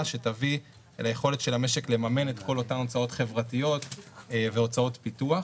שתביא ליכולת של המשק לממן את כל אותן הוצאות חברתיות והוצאות פיתוח.